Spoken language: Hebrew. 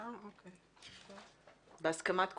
בהסכמת כולם.